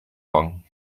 wang